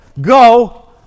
go